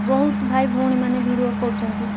ବହୁତ ଭାଇ ଭଉଣୀମାନେ ଭିଡ଼ିଓ କରୁଛନ୍ତି